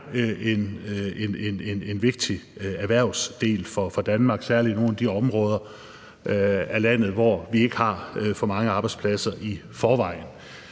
et vigtigt erhverv for Danmark og særlig for nogle af de områder i landet, hvor vi ikke har for mange arbejdspladser i forvejen.